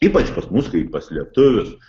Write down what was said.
ypač pas mus kaip pas lietuvius